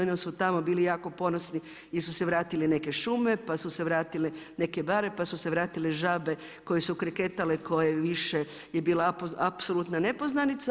Oni su tamo bili jako ponosni jer su se vratile neke šume, pa su se vratile neke bare, pa su se vratile žabe koje su kreketale koje više je bila apsolutna nepoznanica.